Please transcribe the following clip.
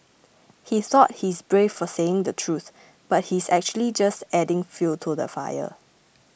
he thought he's brave for saying the truth but he's actually just adding fuel to the fire